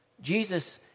Jesus